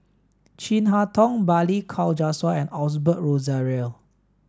Chin Harn Tong Balli Kaur Jaswal and Osbert Rozario